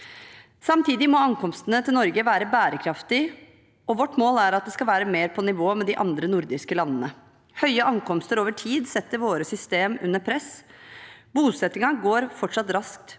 Samtidig må ankomstene til Norge være bærekraftig, og vårt mål er at det skal være mer på nivå med de andre nordiske landene. Høye ankomster over tid setter våre system under press. Bosettingen går fortsatt raskt,